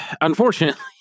Unfortunately